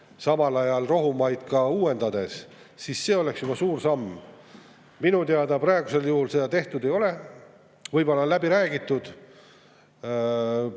samal ajal rohumaid uuendades –, siis see oleks juba suur samm. Minu teada praegusel juhul seda tehtud ei ole, võib-olla on läbi räägitud.